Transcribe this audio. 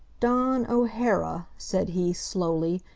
dawn o'hara, said he, slowly,